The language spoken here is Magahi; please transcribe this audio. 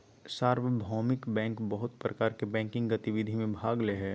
सार्वभौमिक बैंक बहुत प्रकार के बैंकिंग गतिविधि में भाग ले हइ